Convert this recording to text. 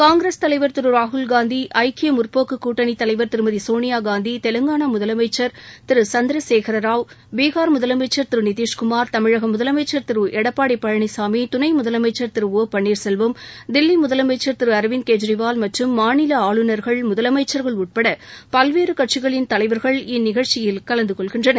காங்கிரஸ் தலைவர் திரு ராகுல் காந்தி ஐக்கிய முற்போக்கு கூட்டணித் தலைவர் திருமதி சோனியா காந்தி தெலங்காளா முதலமைச்சர் திரு சந்திர சேகர ராவ் பீகார் முதலமைச்சர் திரு நிதிஷ்குமார் தமிழக முதலமைச்சர் திரு எடப்பாடி பழனிசாமி துணை முதலமைச்சர் திரு ஒ பன்னீர் செல்வம் தில்லி முதலமச்சர் திரு அரவிந்த கெஜ்ரிவால் மற்றும் மாநில ஆளுநர்கள் முதலமைச்சர்கள் உட்பட பல்வேறு கட்சிகளின் தலைவர்கள் இந்நிகழ்ச்சியில் கலந்து கொள்கின்றனர்